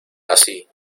así